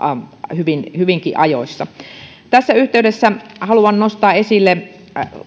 hyvinkin hyvinkin ajoissa tässä yhteydessä haluan nostaa esille